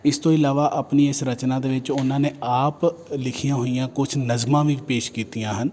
ਇਸ ਤੋਂ ਇਲਾਵਾ ਆਪਣੀ ਇਸ ਰਚਨਾ ਦੇ ਵਿੱਚ ਉਹਨਾਂ ਨੇ ਆਪ ਲਿਖੀਆਂ ਹੋਈਆਂ ਕੁਛ ਨਜ਼ਮਾਂ ਵੀ ਪੇਸ਼ ਕੀਤੀਆਂ ਹਨ